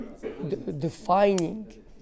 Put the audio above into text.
defining